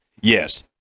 Yes